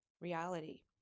reality